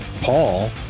Paul